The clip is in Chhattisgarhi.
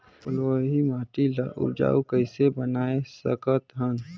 बलुही माटी ल उपजाऊ कइसे बनाय सकत हन?